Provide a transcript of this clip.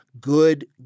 good